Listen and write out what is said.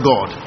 God